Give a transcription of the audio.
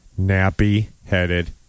Nappy-headed